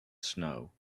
snow